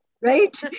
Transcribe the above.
right